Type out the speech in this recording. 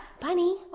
Bunny